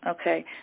Okay